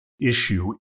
issue